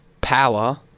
power